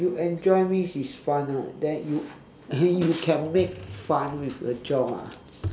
you enjoy means it's fun ah then you you can make fun with a job ah